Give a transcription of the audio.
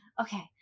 okay